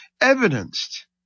evidenced